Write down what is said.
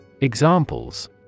Examples